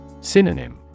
Synonym